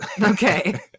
Okay